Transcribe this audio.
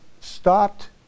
stopped